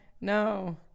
no